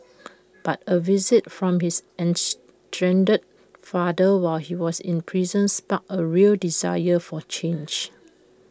but A visit from his estranged father while he was in prison sparked A real desire for change